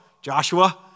Joshua